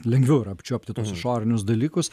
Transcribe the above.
lengviau yra apčiuopti tuos išorinius dalykus